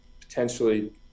potentially